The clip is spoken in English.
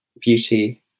beauty